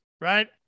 right